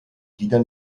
gliedern